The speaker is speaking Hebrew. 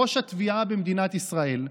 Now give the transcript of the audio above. ראש התביעה במדינת ישראל,